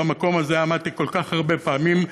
ובמקום עמדתי כל כך הרבה פעמים.